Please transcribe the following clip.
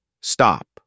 Stop